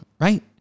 right